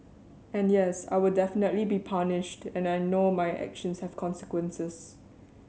and yes I will definitely be punished and I know my actions have consequences